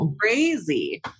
crazy